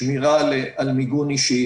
שמירה על מיגון אישי,